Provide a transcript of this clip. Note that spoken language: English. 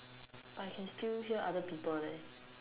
but I can still hear other people leh